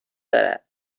داره